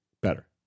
Better